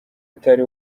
atari